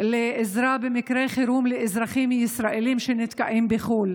לעזרה במקרי חירום לאזרחים ישראלים שנתקעים בחו"ל.